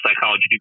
psychology